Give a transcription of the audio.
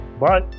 Bye